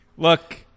Look